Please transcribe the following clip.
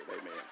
Amen